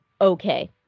okay